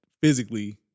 physically